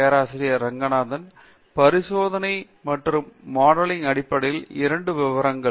பேராசிரியர் டி ரெங்கநாதன் பரிசோதனை மற்றும் மாடலிங் அடிப்படையில் இரண்டு விவரங்கள்